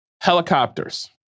Helicopters